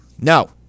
No